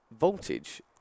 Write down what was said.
Voltage